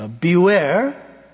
Beware